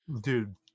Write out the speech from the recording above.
Dude